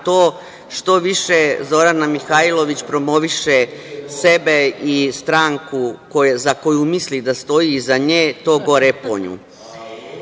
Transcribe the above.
to. Što više Zorana Mihajlović promoviše sebe i stranku za koju misli da stoji iza nje, to gore po